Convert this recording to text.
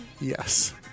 Yes